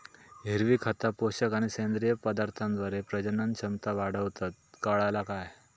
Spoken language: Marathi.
हिरवी खता, पोषक आणि सेंद्रिय पदार्थांद्वारे प्रजनन क्षमता वाढवतत, काळाला काय?